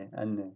Anne